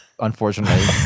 unfortunately